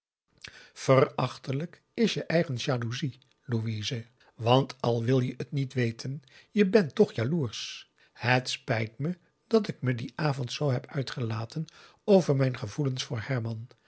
verachtelijk is je eigen jaloezie louise want al wil je het niet weten je bent t o c h jaloersch het spijt me dat ik me dien avond zoo heb uitgelaten over mijn gevoelens voor herman